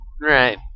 Right